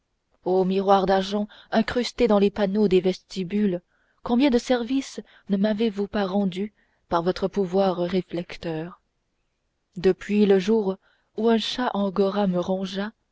o miroirs d'argent incrustés dans les panneaux des vestibules combien de services ne m'avez-vous pas rendus par votre pouvoir réflecteur depuis le jour où un chat angora me rongea